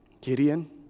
Gideon